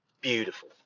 beautiful